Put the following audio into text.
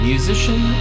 Musician